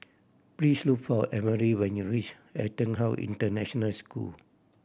please look for Emry when you reach EtonHouse International School